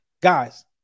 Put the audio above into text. Guys